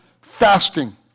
fasting